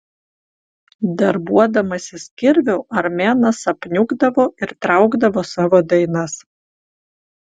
darbuodamasis kirviu armėnas apniukdavo ir traukdavo savo dainas